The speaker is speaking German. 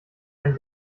einen